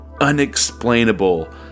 unexplainable